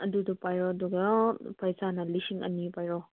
ꯑꯗꯨꯗꯣ ꯄꯥꯏꯔꯣ ꯑꯗꯨꯒ ꯄꯩꯁꯥꯅ ꯂꯤꯁꯤꯡ ꯑꯅꯤ ꯄꯥꯏꯔꯣ